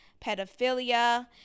pedophilia